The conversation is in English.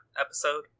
episode